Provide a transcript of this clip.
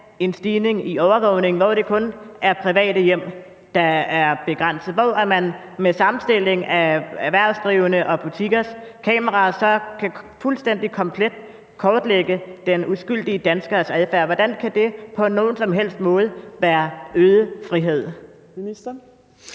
en stigning i overvågningen, hvor det kun er ved private hjem, at grænsen går, og hvor man ved sammenstilling af erhvervsdrivendes og butikkers optagelser fuldstændig totalt kan kortlægge den uskyldige danskers adfærd? Hvordan kan det på nogen som helst måde være øget frihed?